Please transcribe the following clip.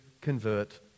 convert